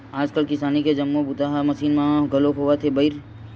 आजकाल किसानी के जम्मो बूता ह मसीन म घलोक होवत हे बइर